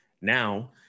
Now